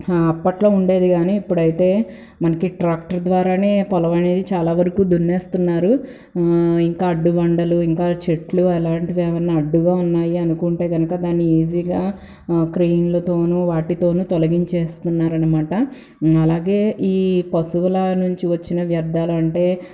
అప్పట్లో ఉండేది కానీ ఇప్పట్లో అయితే మనకి ట్రాక్టర్ ద్వారానే చాలా వరకు దున్నేస్తున్నారు ఇంకా అడ్డుబండలు ఇంకా చెట్లు లాంటివి అడ్డుగా ఉన్నాయనుకుంటే గనుక దాన్ని ఈసీగా క్రైన్లతోనూ వాటితోనూ తొలగించేస్తున్నారనమాట అలాగే ఈ పశువుల నుంచి వచ్చిన వ్యార్థాలంటే